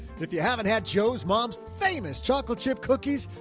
if you haven't had joe's mom's famous chocolate chip cookies,